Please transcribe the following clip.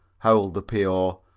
howled the p o.